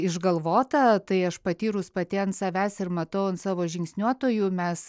išgalvota tai aš patyrus pati ant savęs ir matau ant savo žingsniuotojų mes